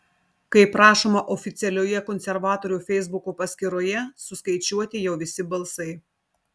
kaip rašoma oficialioje konservatorių feisbuko paskyroje suskaičiuoti jau visi balsai